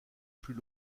plus